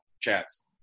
chats